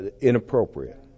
inappropriate